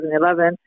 2011